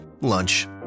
lunch